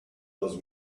those